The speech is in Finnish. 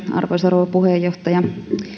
arvoisa rouva puheenjohtaja